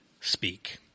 Speak